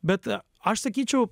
bet aš sakyčiau